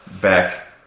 back